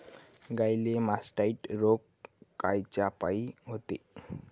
गाईले मासटायटय रोग कायच्यापाई होते?